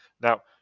Now